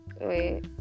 wait